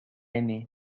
aimé